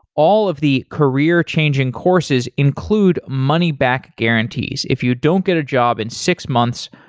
all of the career-changing courses include money back guarantees. if you don't get a job in six months,